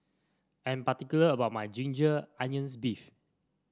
I am particular about my Ginger Onions beef